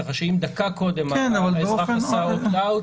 כך שאם דקה קודם התושב עשה "אופט-אאוט"